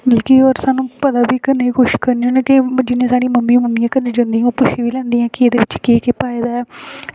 ते होर सानूं पता बी किश करने होने ते जियां साढ़ी मम्मी कन्नै जन्नी ते पुच्छी बी लैनी कि बिच केह् केह् पाए दा ऐ